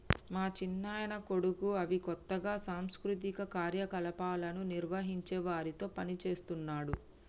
మా చిన్నాయన కొడుకు అవి కొత్తగా సాంస్కృతిక కార్యక్రమాలను నిర్వహించే వారితో పనిచేస్తున్నాడు